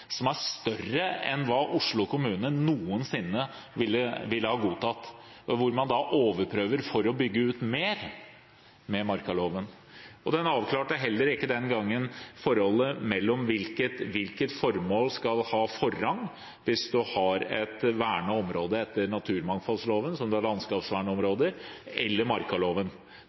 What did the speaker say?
som er større enn hva Oslo kommune noensinne ville ha godtatt, hvor man overprøver med markaloven for å bygge ut mer. Man avklarte heller ikke den gangen forholdet mellom hvilket formål som skal ha forrang hvis man har et vernet område etter naturmangfoldloven, som landskapsvernområder, eller etter markaloven. Man har ting som er uklare i markaloven.